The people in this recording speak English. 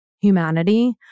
humanity